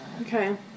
Okay